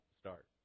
start